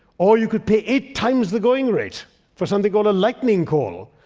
or you could pay eight times the going rate for something called a lightning call.